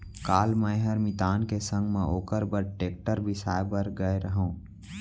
काल मैंहर मितान के संग म ओकर बर टेक्टर बिसाए बर गए रहव